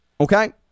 okay